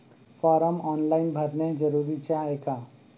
Form online भरने जरुरीचे हाय का?